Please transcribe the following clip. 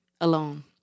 alone